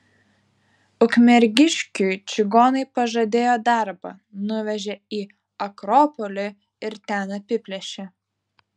ukmergiškiui čigonai pažadėjo darbą nuvežė į akropolį ir ten apiplėšė